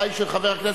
עברה בקריאה